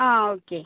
ആ ഓക്കെ